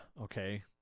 okay